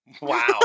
wow